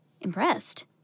impressed